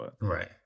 Right